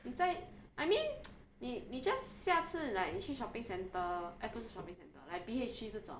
你在 I mean 你你 just 下次 like 你去 shopping centre eh 不是 shopping centre like B_H_G 这种